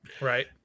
Right